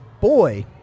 boy